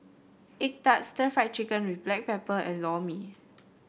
egg tart stir Fry Chicken with Black Pepper and Lor Mee